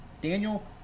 Daniel